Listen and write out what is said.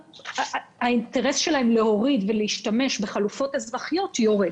האינטרס של אנשים להשתמש בחלופות אזרחיות יורד.